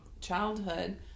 childhood